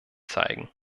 zeigen